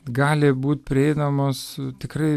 gali būt prieinamos tikrai